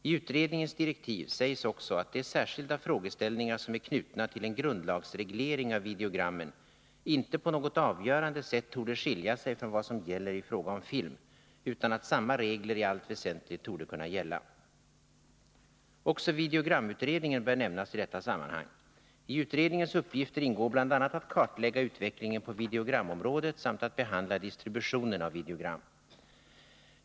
I utredningens direktiv sägs också att de särskilda frågeställningar som är knutna till en grundlagsreglering av videogrammen inte på något avgörande sätt torde skilja sig från vad som gäller i fråga om film, utan att samma regler i allt väsentligt torde kunna Också videogramutredningen bör nämnas i detta sammanhang. I utred Fredagen den ningens uppgifter ingår bl.a. att kartlägga utvecklingen på videogramområ 28 november 1980 det samt att behandla distributionen av videogram.